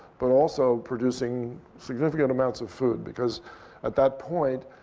but also, producing significant amounts of food. because at that point,